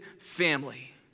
family